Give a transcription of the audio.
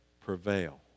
prevail